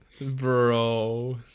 Bro